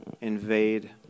invade